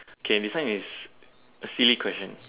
K this one is a silly question